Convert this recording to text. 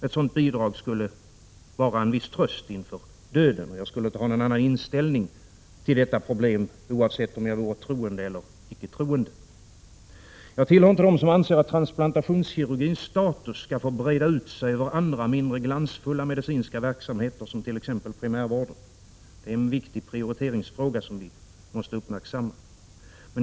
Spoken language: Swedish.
Ett sådant bidrag skulle vara en viss tröst inför döden, och jag skulle inte ha någon annan inställning till detta problem, oavsett om jag var troende eller icke troende. Jag tillhör inte dem som anser att transplantationskirurgins status skall få breda ut sig över andra, mindre glansfulla medicinska verksamheter, som primärvården. Det är en viktig prioriteringsfråga som måste uppmärksammas.